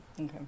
Okay